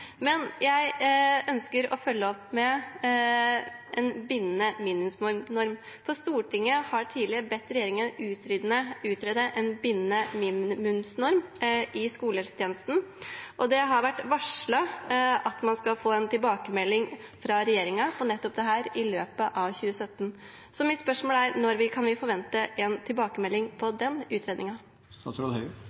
Men jeg ønsker å følge opp med en bindende minimumsnorm. Stortinget har tidligere bedt regjeringen utrede en bindende minimumsnorm i skolehelsetjenesten, og det har vært varslet at man skal få en tilbakemelding fra regjeringen på nettopp dette i løpet av 2017. Så mitt spørsmål er: Når kan vi forvente en tilbakemelding på den